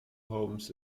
homes